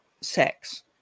sex